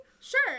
sure